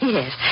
Yes